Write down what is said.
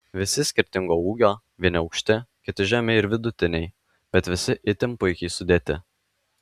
visi skirtingo ūgio vieni aukšti kiti žemi ir vidutiniai bet visi itin puikiai sudėti